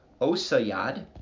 Osayad